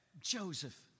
Joseph